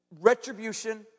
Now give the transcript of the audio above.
Retribution